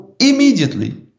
immediately